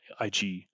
IG